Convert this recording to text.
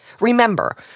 Remember